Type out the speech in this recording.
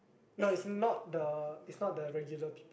no it's not the it's not the regular